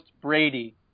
Brady